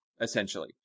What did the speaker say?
essentially